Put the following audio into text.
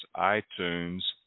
iTunes